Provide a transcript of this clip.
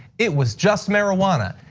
it was just marijuana.